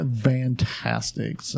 fantastic